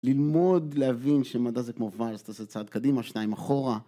ללמוד להבין שמדע זה כמו ורס, אתה עושה צעד קדימה, שניים אחורה